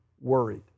worried